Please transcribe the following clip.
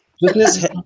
Business